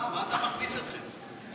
מה אתה מכניס אתכם?